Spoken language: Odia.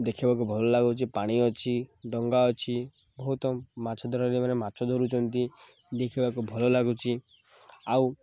ଦେଖିବାକୁ ଭଲ ଲାଗୁଛି ପାଣି ଅଛି ଡଙ୍ଗା ଅଛି ବହୁତ ମାଛ ଧରାଳି ମାନେ ମାଛ ଧରୁଚନ୍ତି ଦେଖିବାକୁ ଭଲ ଲାଗୁଛି ଆଉ